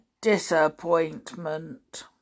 disappointment